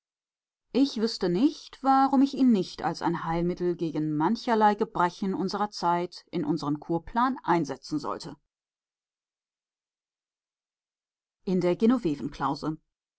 ich wüßte nicht warum ich ihn nicht als ein heilmittel gegen mancherlei gebrechen unserer zeit in unseren kurplan einsetzen sollte in der